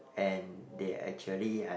and they actually had